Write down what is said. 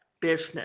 business